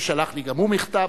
שגם הוא שלח לי מכתב,